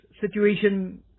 situation